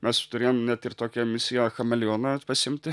mes turėjom net ir tokią misiją chameleoną pasiimti